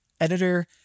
editor